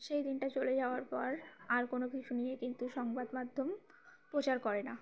সেই দিনটা চলে যাওয়ার পর আর কোনো কিছু নিয়ে কিন্তু সংবাদ মাধ্যম প্রচার করে না